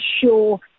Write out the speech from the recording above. sure